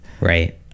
Right